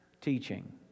Teaching